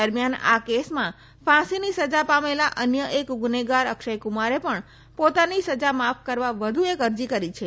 દરમિયાન આ કેસમાં ફાંસીની સજા પામેલા અન્ય એક ગુનાગાર અક્ષર કુમારે પણ પોતાની સજા માફ કરવા વધુ એક અરજી કરી છે